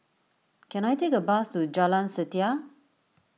can I take a bus to Jalan Setia